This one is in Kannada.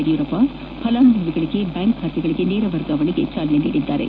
ಯಡಿಯೂರಪ್ಪ ಫಲಾನುಭವಿಗಳಿಗೆ ಬ್ಯಾಂಕ್ ಖಾತೆಗಳಿಗೆ ನೇರ ವರ್ಗಾವಣೆಗೆ ಚಾಲನೆ ನೀಡಿದರು